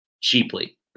cheaply